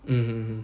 mm mm mm